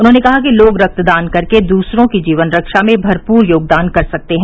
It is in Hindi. उन्होंने कहा कि लोग रक्तदान करके दूसरों की जीवन रक्षा में भरपूर योगदान कर सकते हैं